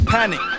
Panic